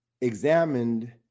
examined